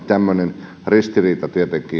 tämmöinen ristiriita